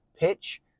pitch